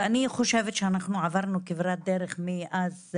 אני חושבת שעברנו כברת דרך מאז.